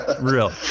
real